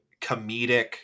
comedic